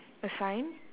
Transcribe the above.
a sign